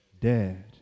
dead